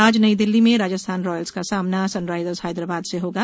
आज नई दिल्ली में राजस्थान रायल्स का सामना सनराइजर्स हैदराबाद से होगा